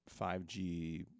5g